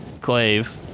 Clave